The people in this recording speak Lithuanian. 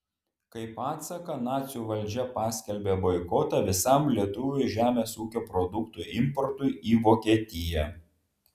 kaip atsaką nacių valdžia paskelbė boikotą visam lietuvių žemės ūkio produktų importui į vokietiją